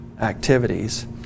activities